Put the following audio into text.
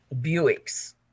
Buicks